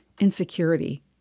insecurity